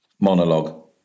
monologue